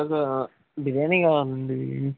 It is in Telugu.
బిర్యానీ కావాలండి